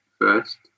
first